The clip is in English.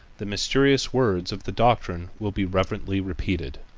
the mysterious words of the doctrine will be reverently repeated.